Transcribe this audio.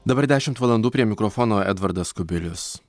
dabar dešimt valandų prie mikrofono edvardas kubilius